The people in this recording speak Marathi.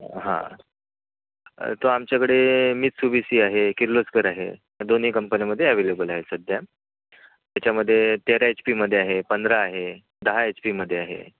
हां तो आमच्याकडे मित्सुबीसी आहे किर्लोस्कर आहे ह्या दोन्ही कंपन्यामध्ये ॲवेलेबल आहेत सध्या त्याच्यामध्ये तेरा एच पीमध्ये आहे पंधरा आहे दहा एच पीमध्ये आहे